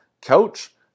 Couch